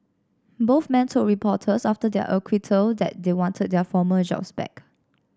both men told reporters after their acquittal that they wanted their former jobs back